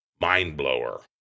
mind-blower